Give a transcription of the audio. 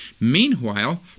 Meanwhile